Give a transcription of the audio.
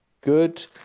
good